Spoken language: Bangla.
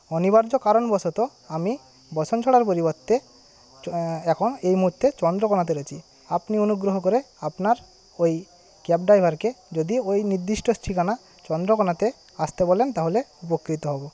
অনিবার্য কারণবশত আমি বসনছড়ার পরিবর্তে এখন এই মুহূর্তে চন্দ্রকোনাতে রয়েছি আপনি অনুগ্রহ করে আপনার ওই ক্যাব ড্রাইভারকে যদি ওই নির্দিষ্ট ঠিকানায় চন্দ্রকোনাতে আসতে বলেন তাহলে উপকৃত হব